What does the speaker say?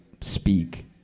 speak